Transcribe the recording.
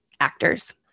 actors